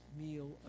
Meal